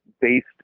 based